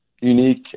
unique